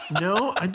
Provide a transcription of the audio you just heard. No